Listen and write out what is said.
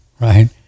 right